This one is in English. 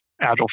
agile